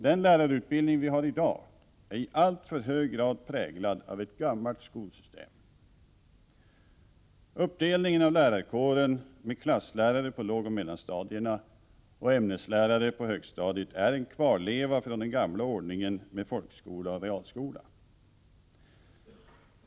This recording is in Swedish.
Den lärarutbildning vi har i dag är i alltför hög grad präglad av ett gammalt skolsystem. Uppdelningen av lärarkåren med klasslärare på lågoch mellanstadierna och ämneslärare på högstadiet är en kvarleva från den gamla ordningen med folkskola och realskola.